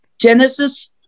Genesis